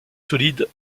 solide